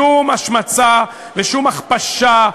שום השמצה ושום הכפשה,